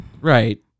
Right